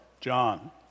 John